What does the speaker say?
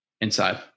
inside